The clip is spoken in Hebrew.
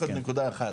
רק עוד נקודה אחת.